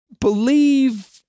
believe